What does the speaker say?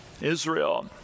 Israel